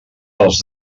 dels